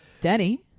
Danny